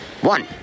one